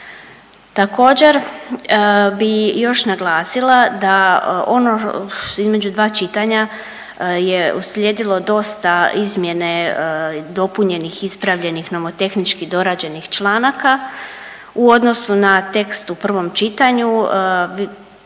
Također bih još naglasila da ono između dva čitanja je uslijedilo dosta izmjene dopunjenih, ispravljenih, nomotehnički dorađenih članaka u odnosu na tekst u prvom čitanju.